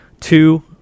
Two